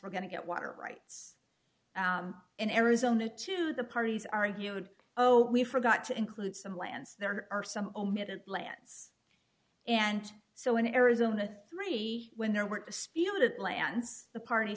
were going to get water rights in arizona to the parties argued oh we forgot to include some lands there are some omitted plants and so in arizona three when there were disputed lands the party